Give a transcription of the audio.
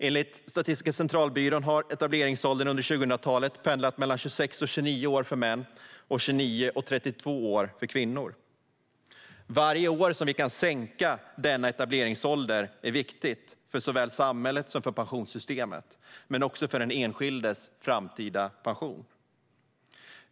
Enligt SCB har etableringsåldern under 2000-talet pendlat mellan 26 och 29 år för män och 29 och 32 år för kvinnor. Varje år som vi kan sänka denna etableringsålder med är viktigt för såväl samhället som för pensionssystemet, men också för den enskildes framtida pension.